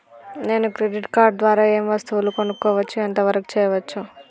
నేను credit card ద్వారా ఏం వస్తువులు కొనుక్కోవచ్చు ఎంత వరకు చేయవచ్చు?